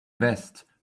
vest